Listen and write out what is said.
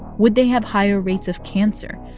would they have higher rates of cancer?